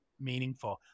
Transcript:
meaningful